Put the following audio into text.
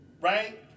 Right